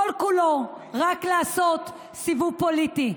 שכל-כולו רק לעשות סיבוב פוליטי.